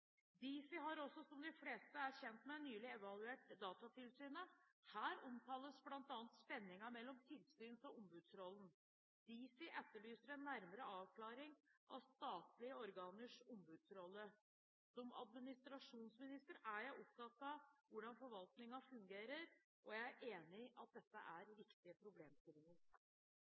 har også, som de fleste er kjent med, nylig evaluert Datatilsynet. Her omtales bl.a. spenningen mellom tilsyns- og ombudsrollen. Difi etterlyser en nærmere avklaring av statlige organers ombudsrolle. Som administrasjonsminister er jeg opptatt av hvordan forvaltningen fungerer, og jeg er enig i at dette er viktige